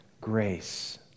grace